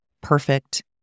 perfect